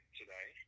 today